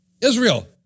Israel